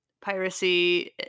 piracy